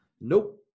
Nope